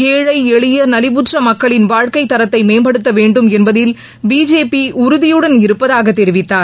ஏழை எளிய நலிவுற்ற மக்களின் வாழ்க்கைத் தரத்தை மேம்படுத்த வேண்டும் என்பதில் பிஜேபி உறுதியுடன் இருப்பதாக தெரிவித்தார்